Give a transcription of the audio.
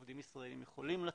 עובדים ישראלים יכולים לצאת.